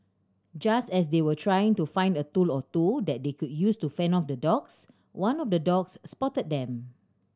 just as they were trying to find a tool or two that they could use to fend off the dogs one of the dogs spotted them